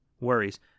worries